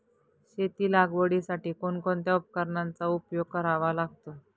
शेती लागवडीसाठी कोणकोणत्या उपकरणांचा उपयोग करावा लागतो?